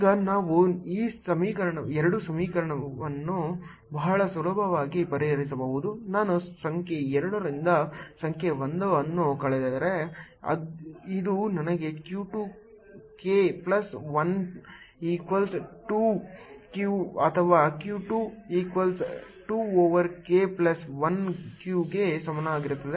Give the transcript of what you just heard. ಈಗ ನಾವು ಈ 2 ಸಮೀಕರಣಗಳನ್ನು ಬಹಳ ಸುಲಭವಾಗಿ ಪರಿಹರಿಸಬಹುದು ನಾನು ಸಂಖ್ಯೆ 2 ರಿಂದ ಸಂಖ್ಯೆ 1 ಅನ್ನು ಕಳೆದರೆ ಇದು ನನಗೆ q 2 k plus 1 equals 2 q ಅಥವಾ q 2 ಈಕ್ವಲ್ಸ್ 2 ಓವರ್ k ಪ್ಲಸ್ 1 q ಗೆ ಸಮಾನವಾಗಿರುತ್ತದೆ